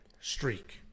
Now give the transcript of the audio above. streak